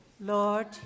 Lord